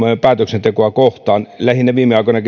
päätöksentekoa kohtaan joka lähinnä viime aikoina